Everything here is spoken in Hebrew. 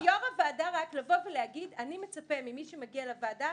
כיו"ר הוועדה להגיד: אני מצפה ממי שמגיע לוועדה,